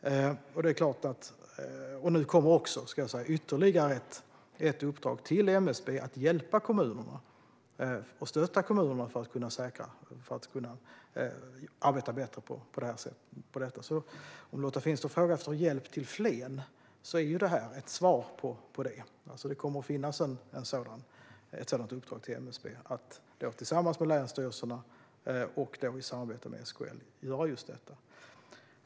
Nu kommer dessutom ytterligare ett uppdrag till MSB som handlar om att hjälpa och stötta kommunerna för att man ska kunna arbeta bättre med detta. Om Lotta Finstorp frågar efter hjälp till Flen är detta ett svar på det. Det kommer att finnas ett uppdrag till MSB att tillsammans med länsstyrelserna och i samarbete med SKL göra just detta.